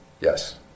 Yes